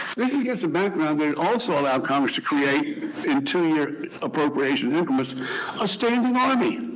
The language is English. this is against a background that would also allow congress to create interior appropriation increments a standing army.